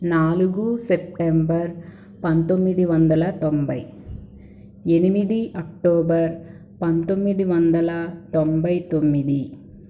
నాలుగు సెప్టెంబర్ పంతొమ్మిది వందల తొంభై ఎనిమిది అక్టోబర్ పంతొమ్మిది వందల తొంభై తొమ్మిది